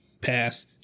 pass